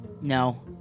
No